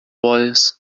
voice